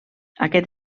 aquest